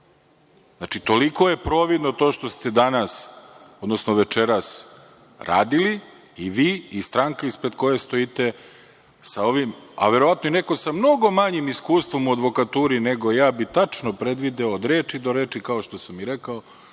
Znači, toliko je providno to što ste večeras radili, i vi i stranka ispred koje stojite, sa ovim, a verovatno i neko sa mnogo manjim iskustvom u advokaturi nego ja bi tačno predvideo, od reči do reči, kao što sam i rekao,